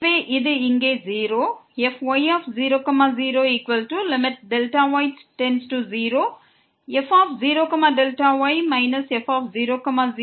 எனவே இது இங்கே 0